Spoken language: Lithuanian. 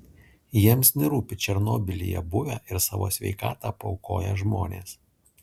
jiems nerūpi černobylyje buvę ir savo sveikatą paaukoję žmonės